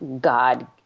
God